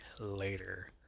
later